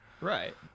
right